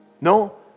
No